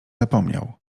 zapomniał